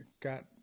got